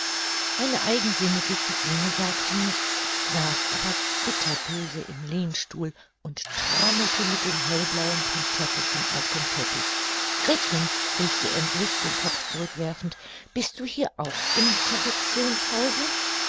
meine eigensinnige cousine sagte nichts saß aber bitterböse im lehnstuhl und trommelte mit den hellblauen pantöffelchen auf dem teppich gretchen rief sie endlich den kopf zurück werfend bist du hier auch im